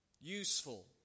useful